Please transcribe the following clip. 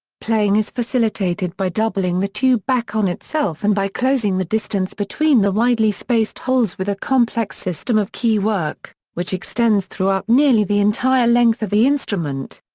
playing is facilitated by doubling the tube back on itself and by closing the distance between the widely spaced holes with a complex system of key work, which extends throughout nearly the entire length of the instrument.